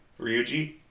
Ryuji